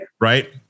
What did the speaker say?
Right